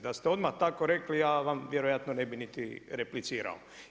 Da ste odmah tako rekli ja vam vjerojatno ne bih niti replicirao.